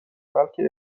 بلکه